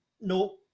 no